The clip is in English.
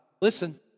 Listen